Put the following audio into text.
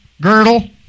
girdle